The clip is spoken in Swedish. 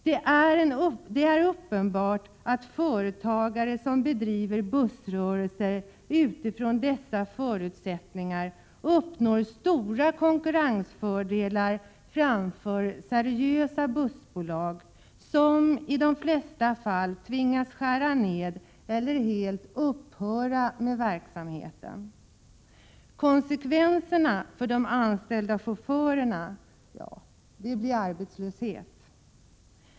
Det är uppenbart att företagare som bedriver bussrörelser utifrån dessa förutsättningar uppnår stora konkurrensfördelar framför seriösa bussbolag, som i de flesta fall tvingas skära ned eller helt upphöra med verksamheten. Konsekvenserna för de anställda chaufförerna — ja, det blir arbetslöshet.